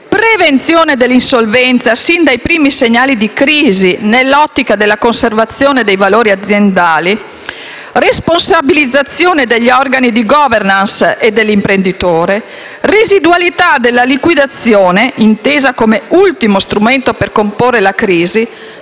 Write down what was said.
prevenzione dell'insolvenza sin dai primi segnali di crisi nell'ottica della conservazione dei valori aziendali; responsabilizzazione degli organi di *governance* e dell'imprenditore; residualità della liquidazione, intesa come ultimo strumento per comporre la crisi;